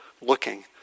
looking